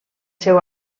seu